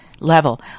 Level